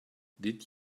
did